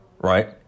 right